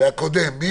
מי